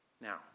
Now